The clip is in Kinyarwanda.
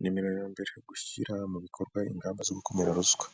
Nimero ya mbere gushyira mu bikorwa ingamba zo gukumira ruswa,